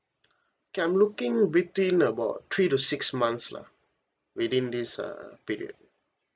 K I'm looking between about three to six months lah within these uh period